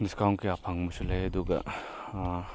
discount ꯀꯌꯥ ꯐꯪꯕꯁꯨ ꯂꯩ ꯑꯗꯨꯒ